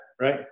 Right